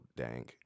dank